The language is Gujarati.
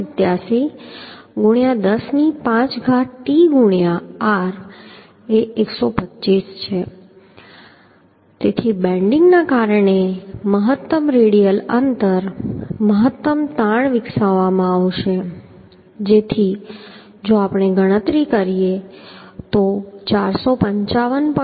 87 ગુણ્યા 10 ની 5 ઘાત t ગુણ્યા r એ 125 છે તેથી બેન્ડિંગને કારણે મહત્તમ રેડિયલ અંતર મહત્તમ તાણ વિકસાવવામાં આવશે જેથી જો આપણે ગણતરી કરીએ તો 455